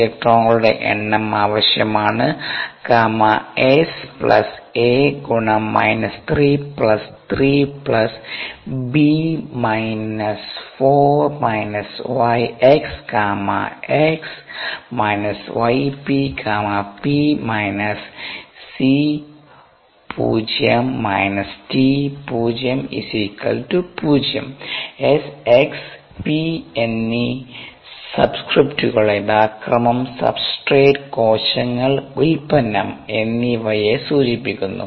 ഇലക്ട്രോണുകളുടെ എണ്ണം ആവശ്യമാണ് Γs a 33 b yx Γx yp Γp c d 0 S x p എന്നീ സബ്സ്ക്രിപ്റ്റുകൾ യഥാക്രമം സബ്സ്ട്രേറ്റ് കോശങ്ങൾ ഉൽപ്പന്നം എന്നിവയെ സൂചിപ്പിക്കുന്നു